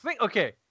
okay